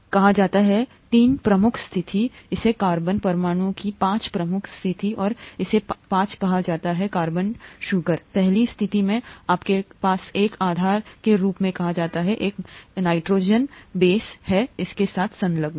तो यह कहा जाता है तीन प्रमुख स्थिति इसे कार्बन परमाणु की पाँच प्रमुख स्थिति और इसे पाँच कहा जाता है कार्बन शुगर पहली स्थिति में आपके पास एक आधार के रूप में कहा जाता है एक नाइट्रोजनस बेस है इसके साथ संलग्न